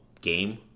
game